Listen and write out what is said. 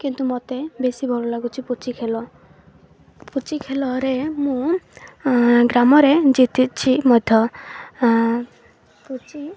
କିନ୍ତୁ ମତେ ବେଶୀ ଭଲ ଲାଗୁଛି ପୁଚି ଖେଳ ପୁଚି ଖେଳରେ ମୁଁ ଗ୍ରାମରେ ଜିତିଛି ମଧ୍ୟ ପୁଚି